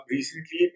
Recently